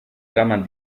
eraman